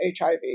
HIV